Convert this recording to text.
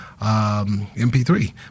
MP3